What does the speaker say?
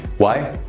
why?